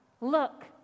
Look